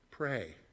pray